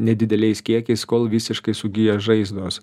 nedideliais kiekiais kol visiškai sugyja žaizdos